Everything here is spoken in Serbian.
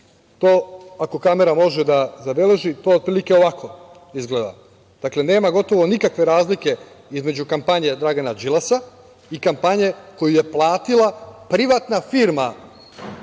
Ako kamera može da zabeleži, to otprilike ovako izgleda. Dakle, nema gotovo nikakve razlike između kampanje Dragana Đilasa i kampanje koju je platila privatna firma